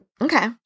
Okay